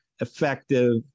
effective